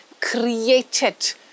created